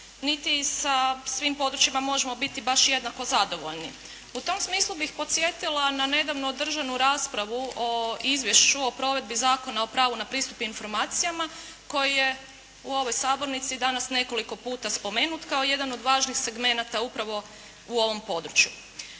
niti sa svim područjima možemo biti baš jednako zadovoljni. U tom smislu bih podsjetila na nedavno održanu raspravu o izvješću o provedbi Zakona o pravu na pristup informacijama koji je u ovoj sabornici danas nekoliko puta spomenut kao jedan od važnih segmenata upravo u ovom području.